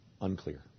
unclear